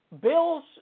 Bill's